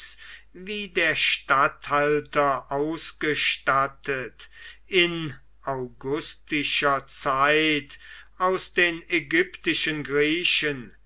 wie der statthalter ausgestattet in augustischer zeit aus den ägyptischen griechen